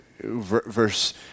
verse